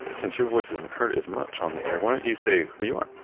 ah since your voice isn't heard as much on the air, why don't you say who you are?